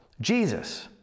Jesus